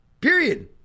period